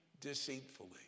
deceitfully